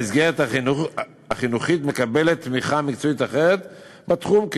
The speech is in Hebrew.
המסגרת החינוכית מקבלת תמיכה מקצועית אחרת בתחום,